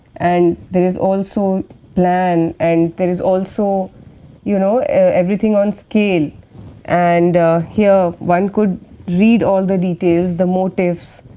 and there is also plan and there is also you know everything on scale and here one could read all the details, the motifs